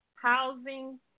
Housing